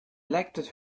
elected